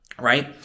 right